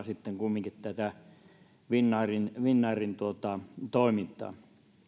sitten kumminkin toteuttavat tätä finnairin finnairin toimintaa